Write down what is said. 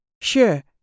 Sure